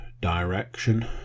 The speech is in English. direction